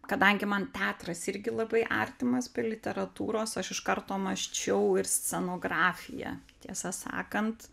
kadangi man teatras irgi labai artimas be literatūros aš iš karto mąsčiau ir scenografiją tiesą sakant